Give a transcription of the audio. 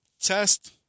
test